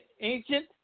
ancient